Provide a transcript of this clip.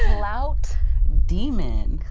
ah clout demon.